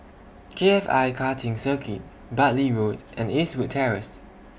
K F I Karting Circuit Bartley Road and Eastwood Terrace